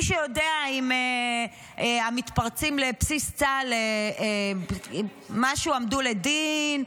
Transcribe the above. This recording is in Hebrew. מישהו יודע אם המתפרצים לבסיס צה"ל הועמדו לדין,